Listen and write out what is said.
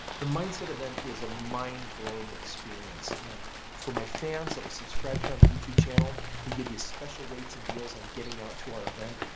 the mindset event is a mind-blowing experience and for my fans that are subscribed to on the youtube channel we give you special rates and deals on getting out to our event.